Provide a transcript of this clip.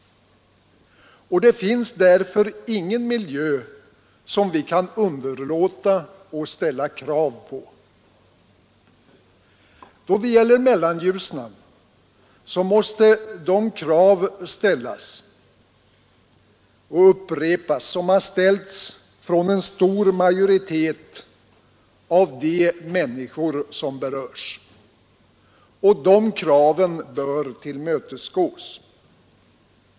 Det finns därför ingen miljö som vi kan underlåta att ställa krav på. Då det gäller Mellanljusnan måste de krav upprepas som har ställts från en stor majoritet av de människor som berörs, och dessa krav bör tillmötesgås.